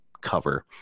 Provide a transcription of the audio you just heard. cover